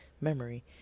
memory